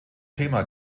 thema